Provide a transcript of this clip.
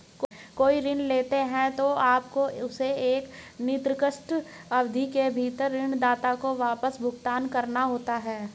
कोई ऋण लेते हैं, तो आपको उसे एक निर्दिष्ट अवधि के भीतर ऋणदाता को वापस भुगतान करना होता है